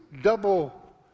double